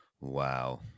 Wow